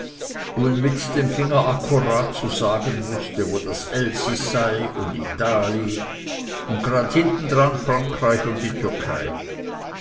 und mit dem finger akkurat zu sagen wußte wo das elsis sei und itali und grad hinter dran frankreich und die türkei